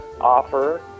offer